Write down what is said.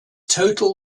total